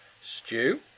Stew